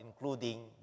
including